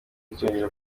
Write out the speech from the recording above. cyongera